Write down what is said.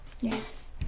Yes